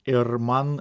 ir man